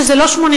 שזה לא 80%,